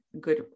good